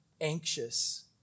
anxious